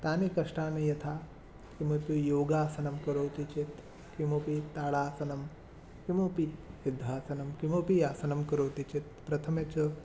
तानि कष्टानि यथा किमपि योगासनं करोति चेत् किमपि ताडासनं किमपि योद्धासनं किमपि आसनं करोति चेत् प्रथमे च